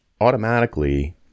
automatically